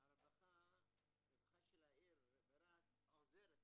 הרווחה של העיר ברהט עוזרת,